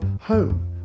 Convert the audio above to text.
home